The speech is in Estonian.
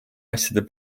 asjade